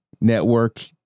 network